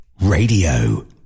Radio